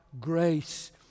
grace